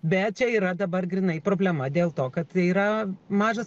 bet čia yra dabar grynai problema dėl to kad yra mažas